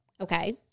Okay